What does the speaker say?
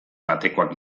batekoak